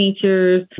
features